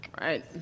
Right